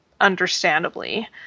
understandably